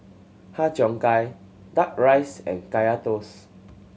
Har Cheong Gai Duck Rice and Kaya Toast